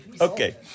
Okay